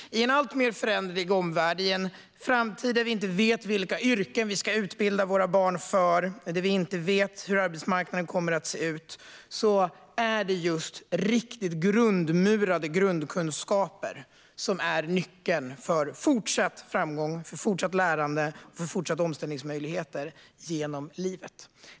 I en alltmer föränderlig omvärld och en framtid där vi inte vet vilka yrken vi ska utbilda våra barn för eller hur arbetsmarknaden kommer att se ut är det riktigt grundmurade grundkunskaper som är nyckeln till fortsatt framgång och lärande och omställningsmöjligheter genom livet.